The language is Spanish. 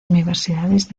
universidades